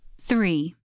Three